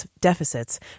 deficits